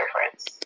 difference